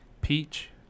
peach